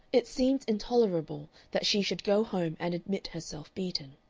it seemed intolerable that she should go home and admit herself beaten.